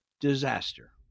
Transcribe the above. disaster